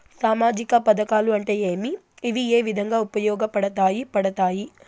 సామాజిక పథకాలు అంటే ఏమి? ఇవి ఏ విధంగా ఉపయోగపడతాయి పడతాయి?